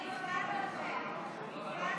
(תיקון, הארכת